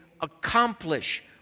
accomplish